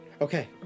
Okay